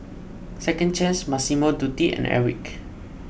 Second Chance Massimo Dutti and Airwick